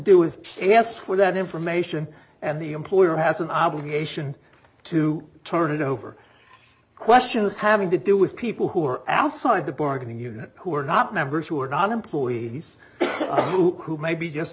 do is ask for that information and the employer has an obligation to turn it over questions having to do with people who are outside the bargaining unit who are not members who are not employees who may be just